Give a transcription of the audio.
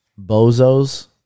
bozos